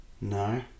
No